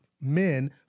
men